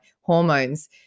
hormones